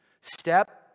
Step